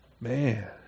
Man